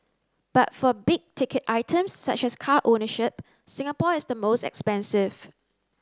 but for big ticket items such as car ownership Singapore is the most expensive